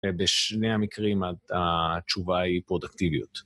ב, בשני המקרים ה... התשובה היא פרודקטיביות.